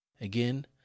Again